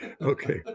okay